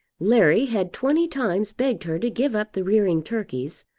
larry had twenty times begged her to give up the rearing turkeys,